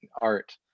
art